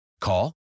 Call